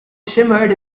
shimmered